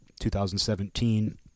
2017